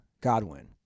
Godwin